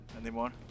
anymore